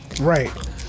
Right